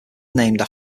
named